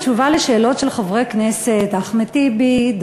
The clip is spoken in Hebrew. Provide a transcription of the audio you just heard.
בתשובה לשאלות של חברי הכנסת אחמד טיבי,